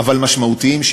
אבל משמעותיים,